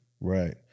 Right